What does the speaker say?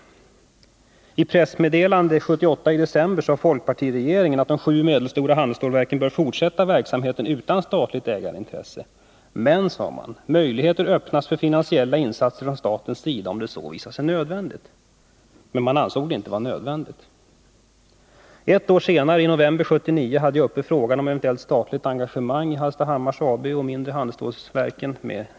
I ett pressmeddelande i december 1978 sade folkpartiregeringen att de sju medelstora handelsstålverken bör fortsätta verksamheten utan statsägarintresse. Men, sade man, möjligheter öppnas för finansiella insatser från statens sida om så visar sig nödvändigt. Men man ansåg det inte vara nödvändigt. Ett år senare, i november 1979, hade jag en diskussion med industriministern om ett eventuellt statligt engagemang i Hallstahammars AB och i de mindre handelsstålverken.